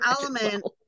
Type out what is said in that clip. element